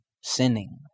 sinning